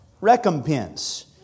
recompense